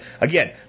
Again